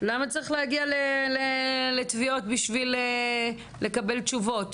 כדי לנסות להעביר פה את המסר כמה הוא חשוב ולטפל בבעיה הזאת.